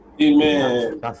amen